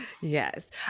Yes